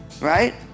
right